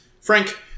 Frank